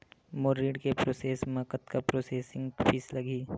मोर ऋण के प्रोसेस म कतका प्रोसेसिंग फीस लगही?